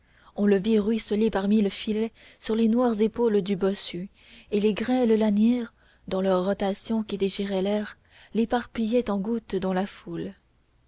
on le vit ruisseler par mille filets sur les noires épaules du bossu et les grêles lanières dans leur rotation qui déchirait l'air l'éparpillaient en gouttes dans la foule